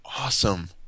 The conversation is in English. Awesome